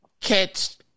catch